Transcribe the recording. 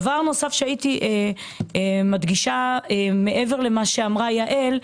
דבר נוסף שהייתי מדגישה מעבר למה שאמרה יעל,